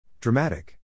Dramatic